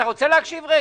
אתה רוצה להקשיב רגע?